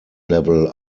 level